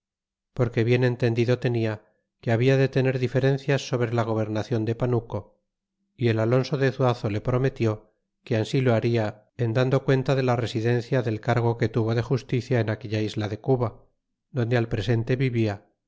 porque bien entendido tenia que habla de tener diferencias sobre la gobernacion de panuco y el alonso de zuazo le prometió que ansi lo hada en dando cuenta de la residencia del cargo que tuvo de justicia en aquella isla de cuba donde al presente vivia